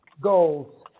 goals